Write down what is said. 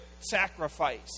sacrifice